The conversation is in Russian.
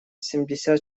семьдесят